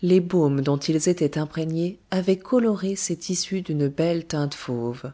les baumes dont ils étaient imprégnés avaient coloré ces tissus d'une belle teinte fauve